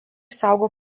saugo